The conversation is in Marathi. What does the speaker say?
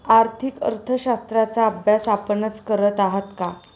आर्थिक अर्थशास्त्राचा अभ्यास आपणच करत आहात का?